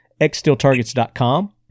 xsteeltargets.com